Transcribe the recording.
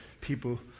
people